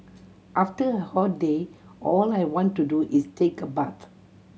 after a hot day all I want to do is take a bath